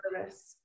service